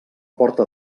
porta